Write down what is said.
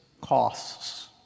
costs